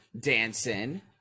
dancing